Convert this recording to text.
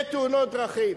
בתאונות דרכים.